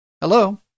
Hello